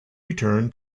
return